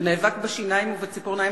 שנאבק בשיניים ובציפורניים,